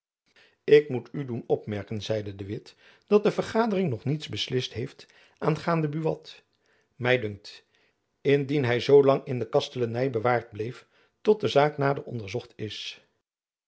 ik moet u doen opmerken zeide de witt dat de vergadering nog niets beslist heeft aangaande buat my dunkt indien hy zoo lang in de kasjacob van lennep elizabeth musch teleny bewaard bleef tot de zaak nader onderzocht is